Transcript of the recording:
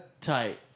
Tight